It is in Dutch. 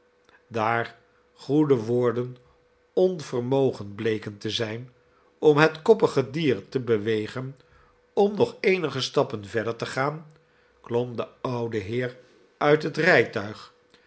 daar goede woorden onvermogend bleken te zijn om het koppige dier te bewegen om nog eenige stappen verder te gaan klom de oude heer uit het rijtuig